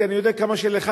כי אני יודע כמה אכפת